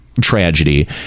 tragedy